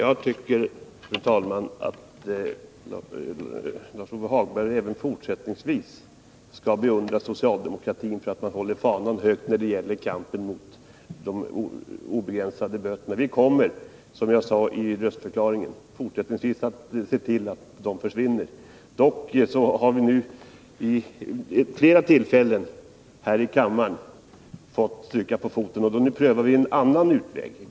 Fru talman! Jag tycker att Lars-Ove Hagberg även fortsättningsvis skall beundra socialdemokratin för att man håller fanan högt när det gäller kampen mot de obegränsade böterna. Som jag sade i samband med röstförklaringen kommer vi fortsättningsvis att se till att de här böterna försvinner. Men vi har vid flera tillfällen här i kammaren fått stryka på foten, och därför prövar vi en annan utväg.